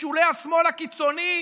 בשולי השמאל הקיצוני,